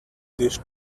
these